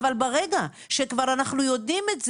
אבל ברגע שאנחנו כבר יודעים את הזה,